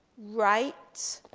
rights,